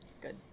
good